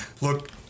Look